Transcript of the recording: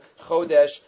Chodesh